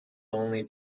only